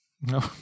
No